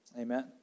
Amen